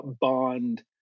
bond